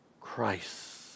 Christ